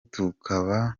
tukaba